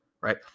right